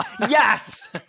Yes